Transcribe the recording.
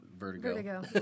Vertigo